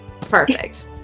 Perfect